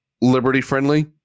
liberty-friendly